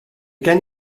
gen